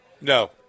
No